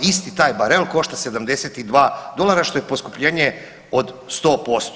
Isti taj barel košta 72 dolara što je poskupljenje od 100%